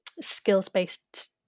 skills-based